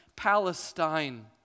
Palestine